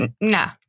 no